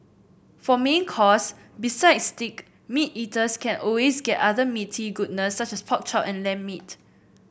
for main course besides steak meat eaters can always get other meaty goodness such as pork chop and lamb meat